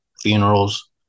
funerals